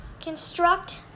construct